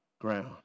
ground